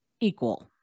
equal